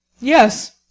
Yes